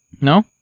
No